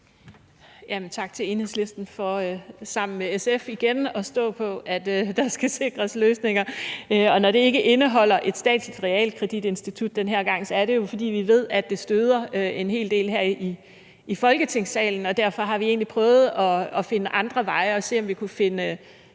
Tak til Enhedslisten for sammen med SF igen at stå på, at der skal sikres løsninger. Og når forslaget ikke indeholder et statsligt realkreditinstitut den her gang, er det jo, fordi vi ved, at det støder en hel del her i Folketingssalen. Derfor har vi egentlig prøvet at finde andre veje og prøvet at se, om vi kunne finde